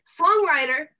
songwriter